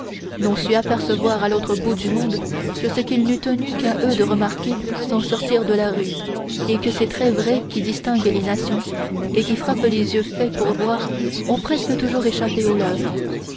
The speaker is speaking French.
n'ont su apercevoir à l'autre bout du monde que ce qu'il n'eût tenu qu'à eux de remarquer sans sortir de leur rue et que ces traits vrais qui distinguent les nations et qui frappent les yeux faits pour voir ont presque toujours échappé aux leurs